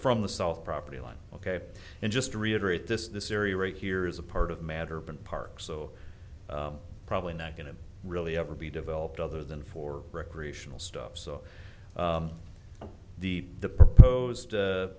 from the south property line ok and just to reiterate this this area right here is a part of matter but park so probably not going to really ever be developed other than for recreational stuff so the the proposed